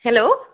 hello